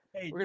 Hey